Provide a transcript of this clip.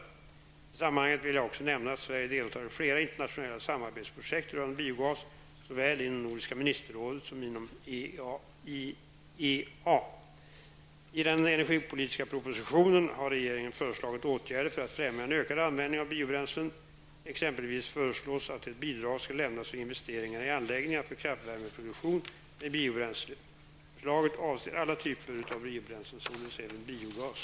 I sammanhanget vill jag också nämna att Sverige deltar i flera internationella samarbetsprojekt rörande biogas, såväl inom Nordiska Ministerrådet som inom IEA . Exempelvis föreslås att ett bidrag skall lämnas för investeringar i anläggningar för kraftvärmeproduktion med biobränslen. Förslaget avser alla typer av biobränslen, således även biogas.